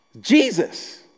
Jesus